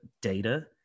data